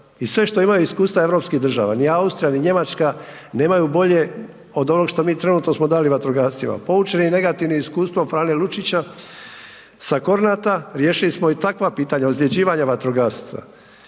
i sve što imaju iskustva u europskih država, ni Austrija, ni Njemačka nemaju bolje od onoga što smo mi trenutno dali vatrogascima. Poučeni negativnim iskustvom Frane Lučića sa Kornata riješili smo i takva pitanja ozljeđivanja vatrogasaca.